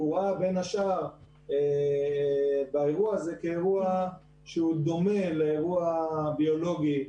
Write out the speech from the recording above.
הוא ראה בין השאר באירוע הזה אירוע שהוא דומה לאירוע ביולוגי,